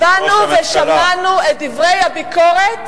באנו ושמענו את דברי הביקורת,